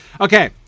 Okay